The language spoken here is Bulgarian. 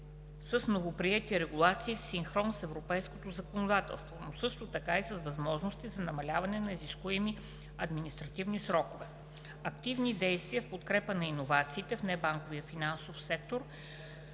с новоприети регулации в синхрон с европейското законодателство, но също така и с възможности за намаляване на изискуеми административни срокове. - Активни действия в подкрепа на иновациите в небанковия финансов сектор,